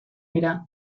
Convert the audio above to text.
dira